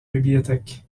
bibliothèque